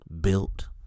Built